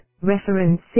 reference